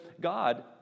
God